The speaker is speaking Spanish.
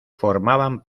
formaban